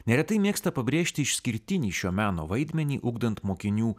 neretai mėgsta pabrėžti išskirtinį šio meno vaidmenį ugdant mokinių